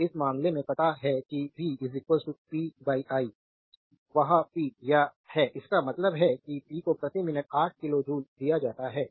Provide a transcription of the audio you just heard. तो इस मामले में पता है कि v p i वह p या है इसका मतलब है पी को प्रति मिनट 8 किलो जूल दिया जाता है